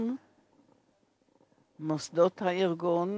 ומוסדות הארגון